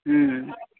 हुँ हुँ